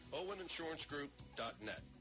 oweninsurancegroup.net